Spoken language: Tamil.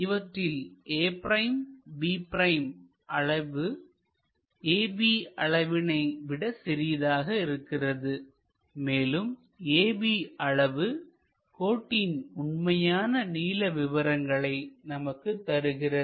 இவற்றில் a'b' அளவு ab அளவினை விட சிறியதாக இருக்கிறது மேலும் ab அளவு கோட்டின் உண்மையான நீள விவரங்களை நமக்குத் தருகிறது